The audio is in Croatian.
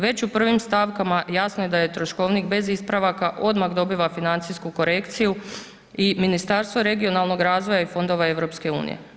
Već u prvim stavkama, jasno je da je troškovnik bez ispravaka odmah dobiva financijsku korekciju i Ministarstvo regionalnog razvoja i fondova EU.